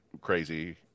crazy